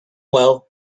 well